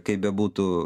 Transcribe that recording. kaip bebūtų